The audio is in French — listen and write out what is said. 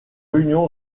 union